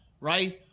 right